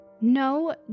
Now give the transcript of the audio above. No